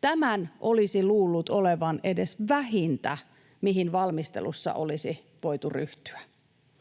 Tämän olisi luullut olevan edes vähintä, mihin valmistelussa olisi voitu ryhtyä.